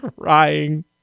crying